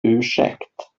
ursäkt